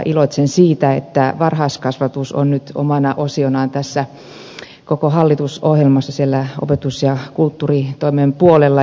iloitsen siitä että varhaiskasvatus on nyt omana osionaan tässä hallitusohjelmassa siellä opetus ja kulttuuritoimen puolella